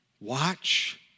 Watch